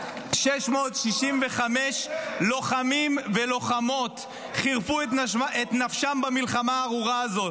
665 לוחמים ולוחמות חירפו את נפשם במלחמה הארורה הזאת.